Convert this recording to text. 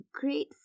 great